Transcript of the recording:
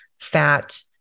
fat